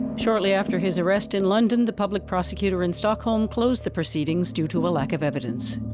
shortly after his arrest in london, the public prosecutor in stockholm closed the proceedings due to a lack of evidence.